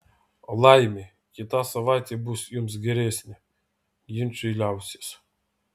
laimei kita savaitė bus jums geresnė ginčai liausis